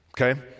okay